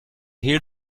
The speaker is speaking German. hehl